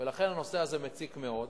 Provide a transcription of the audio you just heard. ולכן הנושא הזה מציק מאוד.